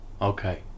Okay